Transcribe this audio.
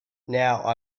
now